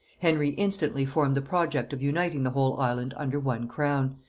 henry instantly formed the project of uniting the whole island under one crown,